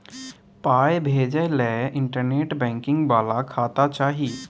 पाय भेजय लए इंटरनेट बैंकिंग बला खाता चाही